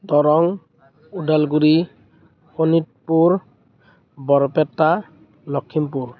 Darrang Udalguri Sonitpur Barpeta Lakhimpur